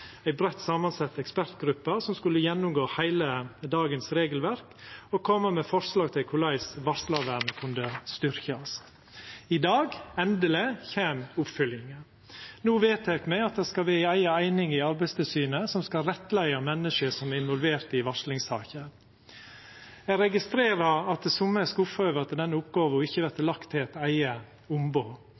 ei breitt samansett ekspertgruppe som skulle gjennomgå heile dagens regelverk, og koma med forslag til korleis varslarvernet kunne styrkjast. I dag – endeleg – kjem oppfølginga. No vedtek me at det skal vera ei eiga eining i Arbeidstilsynet som skal rettleia menneske som er involverte i varslingssaker. Eg registrerer at somme er skuffa over at denne oppgåva ikkje vert lagd til eit eige ombod.